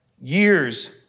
years